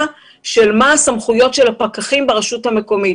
של מה הסמכויות של הפקחים ברשות המקומית,